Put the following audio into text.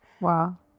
Wow